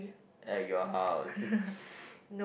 at your house